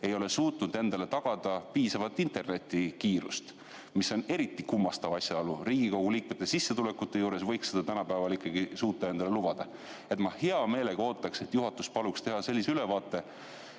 ei ole suutnud endale tagada piisavat internetikiirust, mis on eriti kummastav asjaolu. Riigikogu liikmete sissetulekute juures võiks seda tänapäeval ikkagi suuta endale lubada. Ma hea meelega ootaksin, et juhatus paluks teha meie